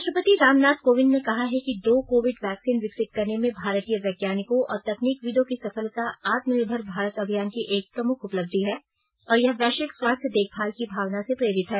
राष्ट्रपति रामनाथ कोविंद ने कहा है कि दो कोविड वैक्सीन विकसित करने में भारतीय वैज्ञानिकों और तकनीकविदों की सफलता आत्मनिर्भर भारत अभियान की एक प्रमुख उपलब्धि है और यह वैश्विक स्वास्थ्य देखभाल की भावना से प्रेरित है